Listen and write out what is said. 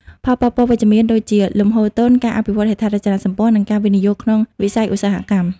ផលប៉ះពាល់វិជ្ជមានដូចជា លំហូរទុន ការអភិវឌ្ឍន៍ហេដ្ឋារចនាសម្ព័ន្ធ និងការវិនិយោគក្នុងវិស័យឧស្សាហកម្ម។